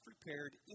prepared